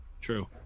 True